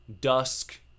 dusk